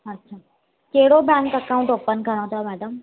अच्छा कहिड़ो bank account open करिणो अथव मैडम